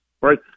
right